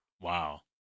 Wow